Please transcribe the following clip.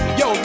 yo